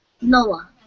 Noah